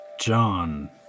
John